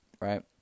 Right